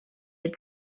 had